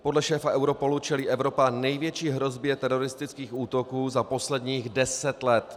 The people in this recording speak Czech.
Podle šéfa Europolu čelí Evropa největší hrozbě teroristických útoků za posledních deset let.